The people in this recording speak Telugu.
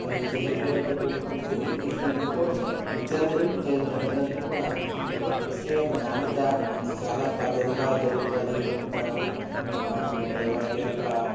అది తెలుగు మీడియంతో కూడుకున్నది ఇంగ్లీష్ మీడియంతో కూడా ఉంది విద్యార్థులు విద్యార్థుల తల్లిదండ్రులు కూడా ఆ విద్య యొక్క నాణ్యత మంచి చాలా పద్ధతిగా జరుగుతుంది ఒక వాటి యొక్క